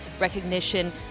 recognition